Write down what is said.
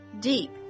deep